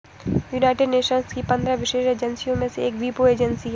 United Nations की पंद्रह विशेष एजेंसियों में से एक वीपो एजेंसी है